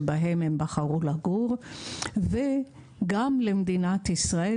שבהן הן בחרו לגור וגם למדינת ישראל,